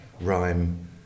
rhyme